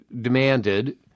demanded